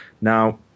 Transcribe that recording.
Now